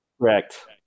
Correct